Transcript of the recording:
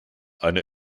eine